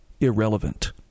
irrelevant